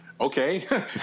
okay